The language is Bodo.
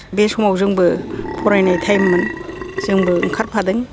बे समाव जोंबो फरायनाय टाईममोन जोंबो ओंखारफादों